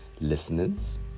listeners